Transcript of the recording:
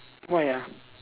why ah